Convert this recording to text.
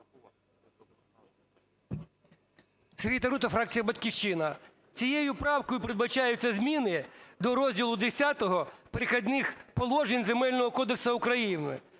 Сергій Тарута, фракція "Батьківщина". Цією правкою передбачаються зміни до розділу Х "Перехідних положень" Земельного кодексу України,